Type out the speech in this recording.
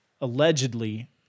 allegedly